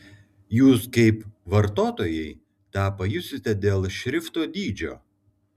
jūs kaip vartotojai tą pajusite dėl šrifto dydžio